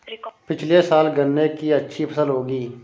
पिछले साल गन्ने की अच्छी फसल उगी